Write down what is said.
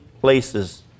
places